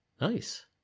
Nice